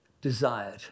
desired